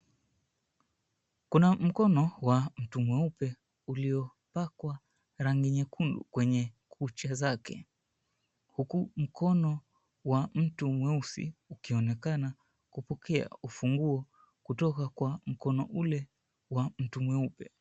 Kuna mkono wa mtu mweupe uliyopakwa rangi nyekundu kwenye kucha zake huku mkono wa mtu mweusi ukionekana kupokea ufunguo kutoka kwa mkono ule wa mtu mweupe.